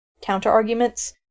counter-arguments